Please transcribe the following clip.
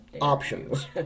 options